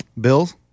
Bills